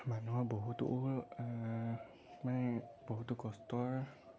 মানুহৰ বহুতো মানে বহুতো কষ্টৰ